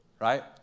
right